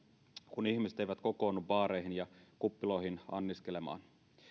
kun ihmiset eivät kokoonnu baareihin ja kuppiloihin anniskelemaan